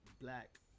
black